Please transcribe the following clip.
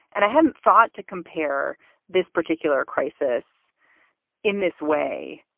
and i hadn't thought to compare this particular crisis in this way,